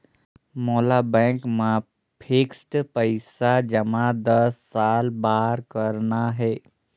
मोला बैंक मा फिक्स्ड पइसा जमा दस साल बार करना हे?